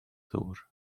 ddŵr